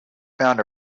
found